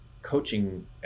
coaching